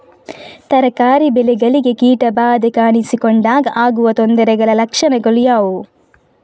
ತರಕಾರಿ ಬೆಳೆಗಳಿಗೆ ಕೀಟ ಬಾಧೆ ಕಾಣಿಸಿಕೊಂಡಾಗ ಆಗುವ ತೊಂದರೆಗಳ ಲಕ್ಷಣಗಳು ಯಾವುವು?